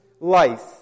life